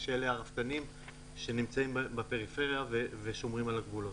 שהיא הרפתנים שנמצאים בפריפריה ושומרים על הגבולות.